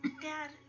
dad